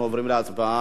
אנחנו עוברים להצבעה.